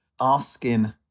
asking